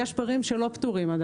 יש דברים שעדיין לא פתורים.